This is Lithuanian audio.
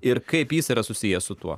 ir kaip jis yra susijęs su tuo